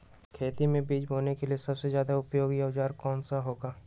खेत मै बीज बोने के लिए सबसे ज्यादा उपयोगी औजार कौन सा होगा?